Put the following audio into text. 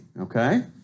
Okay